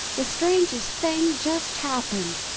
the strangest thing just happened.